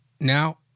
Now